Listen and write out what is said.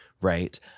right